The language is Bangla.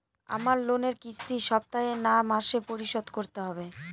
আমার লোনের কিস্তি সপ্তাহে না মাসে পরিশোধ করতে হবে?